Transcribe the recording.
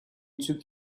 took